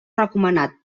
recomanat